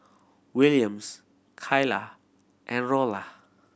Williams Kaylah and Rolla